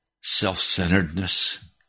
self-centeredness